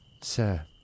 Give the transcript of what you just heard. Sir